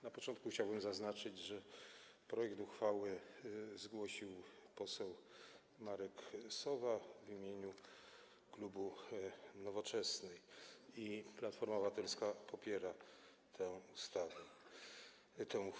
Na początku chciałbym zaznaczyć, że projekt uchwały zgłosił poseł Marek Sowa w imieniu klubu Nowoczesnej i Platforma Obywatelska popiera tę uchwałę.